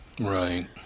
Right